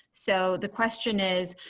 so the question is,